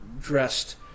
dressed